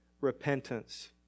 repentance